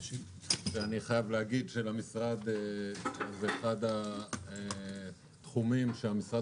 אני חייב להגיד שזה אחד מן התחומים שהמשרד